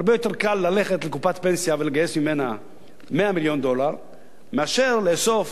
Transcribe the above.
הרבה יותר קל ללכת לקופת פנסיה ולגייס ממנה 100 מיליון דולר מאשר לאסוף